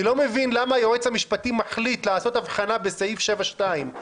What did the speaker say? אני לא מבין למה היועץ המשפטי רוצה לעשות הבחנה כשאנחנו,